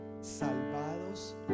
salvados